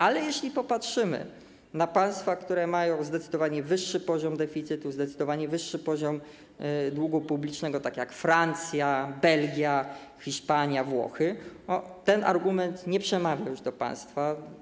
Ale jeśli popatrzymy na państwa, które mają zdecydowanie wyższy poziom deficytu, zdecydowanie wyższy poziom długu publicznego, tak jak Francja, Belgia, Hiszpania, Włochy, to ten argument nie przemawia już do państwa.